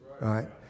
right